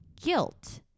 guilt